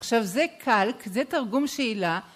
עכשיו זה קאלק, זה תרגום שאילה.